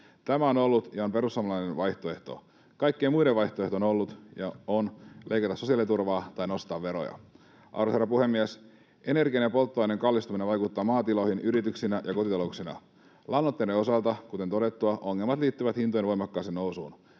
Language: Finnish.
Tämä on ollut ja on perussuomalainen vaihtoehto. Kaikkien muiden vaihtoehto on ollut ja on leikata sosiaaliturvaa tai nostaa veroja. Arvoisa herra puhemies! Energian ja polttoaineen kallistuminen vaikuttaa maatiloihin, yrityksiin ja kotitalouksiin. Lannoitteiden osalta, kuten todettua, ongelmat liittyvät hintojen voimakkaaseen nousuun.